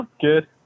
Good